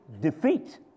defeat